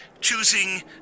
choosing